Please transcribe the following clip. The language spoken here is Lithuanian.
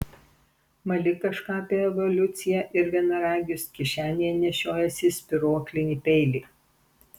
mali kažką apie evoliuciją ir vienaragius kišenėje nešiojiesi spyruoklinį peilį